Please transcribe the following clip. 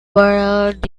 world